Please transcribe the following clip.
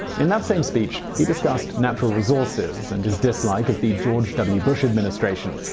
in that same speech, he discussed natural resources and his dislike of the george w. bush administration.